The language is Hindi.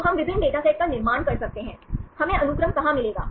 तो हम विभिन्न डेटासेट का निर्माण कर सकते हैं हमें अनुक्रम कहां मिलेगा